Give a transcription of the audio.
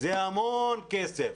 זה המון כסף.